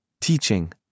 teaching